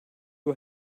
you